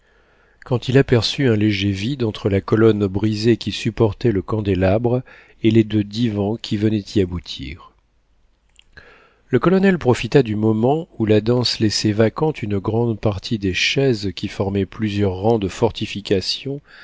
quand il aperçut un léger vide entre la colonne brisée qui supportait le candélabre et les deux divans qui venaient y aboutir le colonel profita du moment où la danse laissait vacante une grande partie des chaises qui formaient plusieurs rangs de fortifications